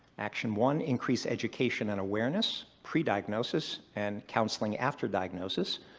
action one, increase education and awareness, pre-diagnosis, and counseling after diagnosis.